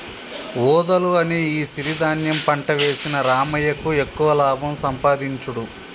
వూదలు అనే ఈ సిరి ధాన్యం పంట వేసిన రామయ్యకు ఎక్కువ లాభం సంపాదించుడు